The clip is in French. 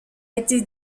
été